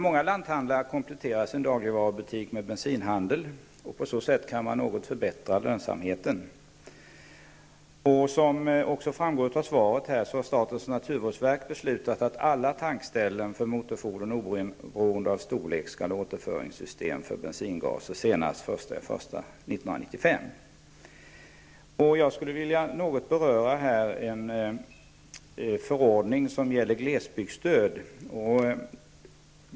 Många lanthandlare kompletterar sin dagligvarubutik med bensinhandel. På så sätt kan man något förbättra lönsamheten. Som framgår av svaret har statens naturvårdsverk beslutat att alla tankställen för motorfordon oberoende av storlek skall ha återföringssystem för bensingaser senast den 1 januari 1995. Jag skulle vilja beröra en förordning som gäller glesbygdsstöd.